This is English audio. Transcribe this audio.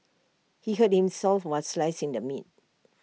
he hurt himself while slicing the meat